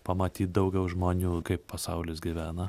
pamatyt daugiau žmonių kaip pasaulis gyvena